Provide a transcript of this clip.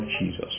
Jesus